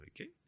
Okay